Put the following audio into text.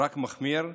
רק מחמיר.